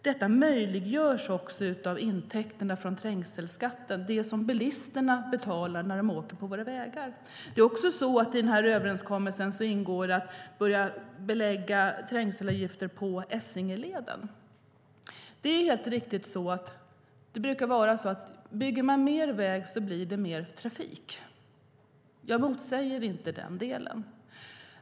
Detta möjliggörs av intäkterna från trängselskatten, det som bilisterna betalar när de åker på våra vägar. I överenskommelsen ingår det att börja lägga trängselavgifter på Essingeleden. Bygger man mer väg blir det mer trafik. Jag motsäger inte den delen.